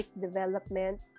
development